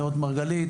נאות מרגלית,